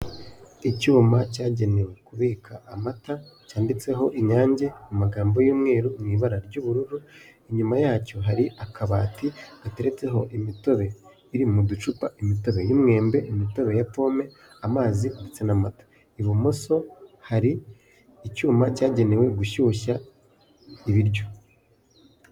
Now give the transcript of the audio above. Icyuma cyagenewe kubika amata cyanditseho Inyange mu magambo y'umweru mu ibara ry'ubururu, inyumayacyo hari akabati gateretseho imitobe iri mu ducupa, imitobe y'umwembe, imitobe ya pome, amazi ndetse n'amata, ibumoso hari icyuma cyagenewe gushyushya ibiryo.